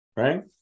right